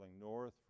north